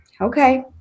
okay